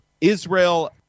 Israel